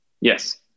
Yes